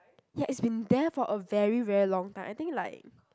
ya it's been there for a very very long time I think like